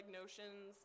notions